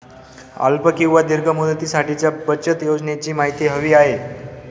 अल्प किंवा दीर्घ मुदतीसाठीच्या बचत योजनेची माहिती हवी आहे